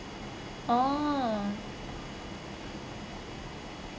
oh